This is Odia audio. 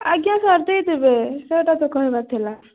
ଆଜ୍ଞା ସାର୍ ଦେଇଦେବେ ସେଇଟା ତ କହିବାର ଥିଲା